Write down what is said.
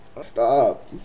Stop